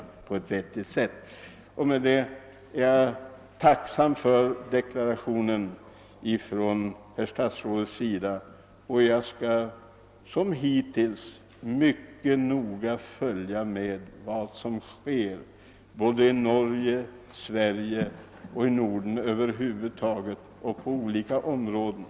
Jag är, som sagt, tacksam för den deklaration herr statsrådet gjorde, och jag skall som hittills mycket noga följa med vad som sker i Norge, Sverige och Norden över huvud taget och på olika områden.